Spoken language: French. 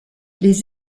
les